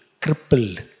crippled